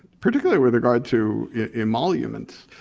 particularly with regards to emoluments.